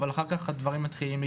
אבל אחר כך הדברים יתפוגגו.